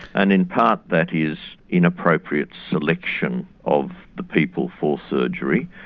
and in part that is inappropriate selection of the people for surgery,